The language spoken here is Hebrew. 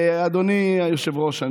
אדוני היושב-ראש,